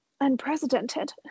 unprecedented